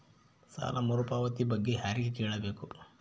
ಸಾಲ ಮರುಪಾವತಿ ಬಗ್ಗೆ ಯಾರಿಗೆ ಕೇಳಬೇಕು?